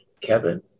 Kevin